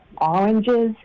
oranges